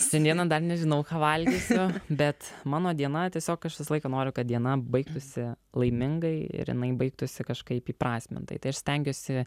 šiandieną dar nežinau ką valgysiu bet mano diena tiesiog aš visą laiką noriu kad diena baigtųsi laimingai ir jinai baigtųsi kažkaip įprasmintai tai aš stengiuosi